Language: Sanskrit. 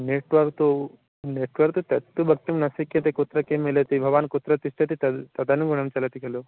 नेट्वर्क् तु नेट्वर्क् तत्तु वक्तुं न शक्यते कुत्र किं मिलति भवान् कुत्र तिष्ठति तत् तदनुगुणं चलति खलु